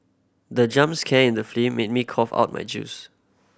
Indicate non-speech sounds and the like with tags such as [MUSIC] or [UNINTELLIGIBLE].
the jump scan in the [UNINTELLIGIBLE] made me cough out my juice